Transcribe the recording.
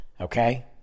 okay